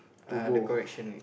to go